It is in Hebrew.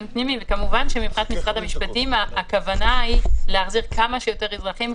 כמובן שמבחינת משרד המשפטים הכוונה היא להחזיר כמה שיותר אזרחים,